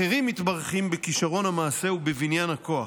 אחרים מתברכים בכישרון המעשה ובבניין הכוח,